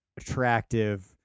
attractive